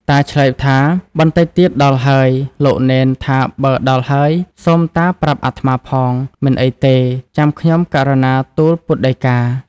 តាឆ្លើយថា បន្តិចទៀតដល់ហើយ លោកនេនថាបើដល់ហើយ សូមតាប្រាប់អាត្មាផង មិនអីទេ ចាំខ្ញុំករុណាទូលពុទ្ធដីកា ។